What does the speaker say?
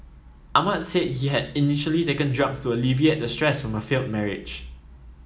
Ahmad said he had initially taken drugs to alleviate the stress from a failed marriage